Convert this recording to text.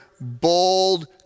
bold